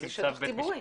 זה שטח ציבורי.